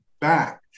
back